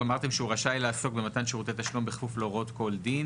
אמרתם שהוא רשאי לעסוק במתן שירותי תשלום בהתאם להוראות כל דין,